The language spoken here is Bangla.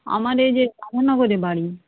আমার এই যে নগরে বাড়ি